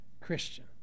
Christian